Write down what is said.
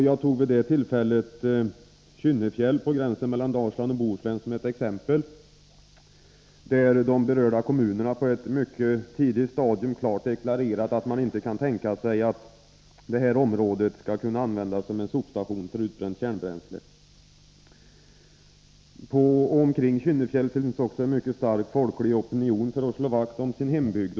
Jag tog vid det tillfället Kynnefjäll, på gränsen mellan Dalsland och Bohuslän, som ett exempel, där de berörda kommunerna på ett mycket tidigt stadium klart deklarerade att de inte kunde tänka sig att detta område skulle användas som en sopstation för utbränt kärnbränsle. På och omkring Kynnefjäll finns också en mycket stark folklig opinion för att slå vakt om hembygden.